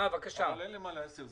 אין לי משהו להוסיף.